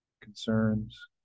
concerns